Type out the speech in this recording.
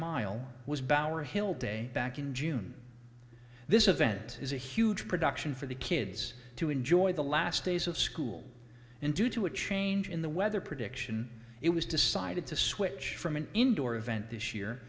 mile was bower hill day back in june this event is a huge production for the kids to enjoy the last days of school and due to a change in the weather prediction it was decided to switch from an indoor event this year